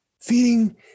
feeding